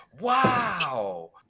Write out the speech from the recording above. Wow